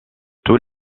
tous